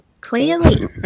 clearly